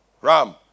Ram